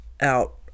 out